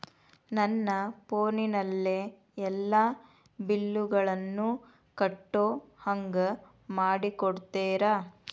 ನನ್ನ ಫೋನಿನಲ್ಲೇ ಎಲ್ಲಾ ಬಿಲ್ಲುಗಳನ್ನೂ ಕಟ್ಟೋ ಹಂಗ ಮಾಡಿಕೊಡ್ತೇರಾ?